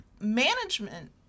management